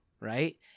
Right